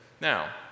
Now